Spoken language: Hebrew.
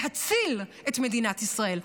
להציל את מדינת ישראל,